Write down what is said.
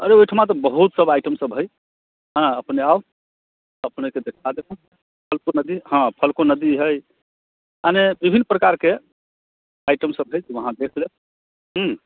अरे ओहिठुमा तऽ बहुत सभ आइटम सभ हय हँ अपने आउ अपनेके देखा देब हम फलको नदी हँ फलको नदी हय मने विभिन्न प्रकारकेँ आइटम सभ हय उहाँ देखि लेब हूँ